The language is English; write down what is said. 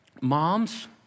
moms